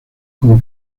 con